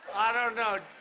i don't know.